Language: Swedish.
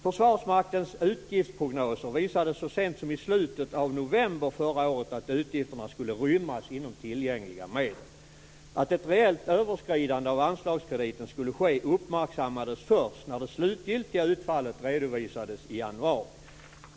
Försvarsmaktens utgiftsprognoser visade så sent som i slutet av november förra året att utgifterna skulle rymmas inom tillgängliga medel. Att ett reellt överskridande av anslagskrediten skulle ske uppmärksammades först när det slutgiltiga utfallet redovisades i januari.